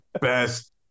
best